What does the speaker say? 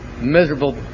miserable